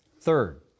Third